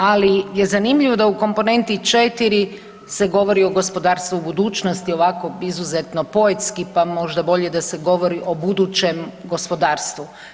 Ali je zanimljivo da u komponenti 4 se govori o gospodarstvu u budućnosti ovako izuzetno poetski pa možda bolje da se govori u budućem gospodarstvu.